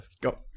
Go